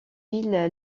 ville